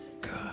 Good